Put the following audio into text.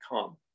come